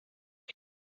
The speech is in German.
ich